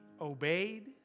obeyed